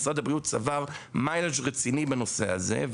משרד הבריאות צבר קילומטראז' רציני בנושא הזה,